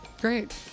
great